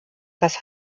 das